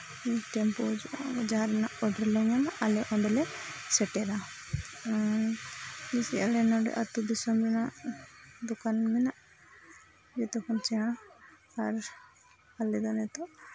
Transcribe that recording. tempo ᱦᱤᱡᱩᱜᱼᱟ ᱡᱟᱦᱟᱸ ᱨᱮᱱᱟᱜ ᱚᱰᱟᱨ ᱞᱮ ᱧᱟᱢᱟ ᱟᱞᱮ ᱚᱸᱰᱮᱞᱮ ᱥᱮᱴᱮᱨᱟ ᱟᱨ ᱵᱩᱡ ᱠᱮᱫᱟᱞᱮ ᱱᱚᱸᱰᱮ ᱟᱹᱛᱩ ᱫᱤᱥᱚᱢ ᱨᱮᱱᱟ ᱫᱚᱠᱟᱱ ᱢᱮᱱᱟᱜᱼᱟ ᱡᱚᱛᱚ ᱠᱷᱚᱱ ᱥᱮᱬᱟ ᱟᱨ ᱟᱞᱮ ᱫᱚ ᱱᱤᱛᱳᱜ